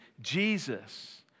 Jesus